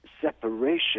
separation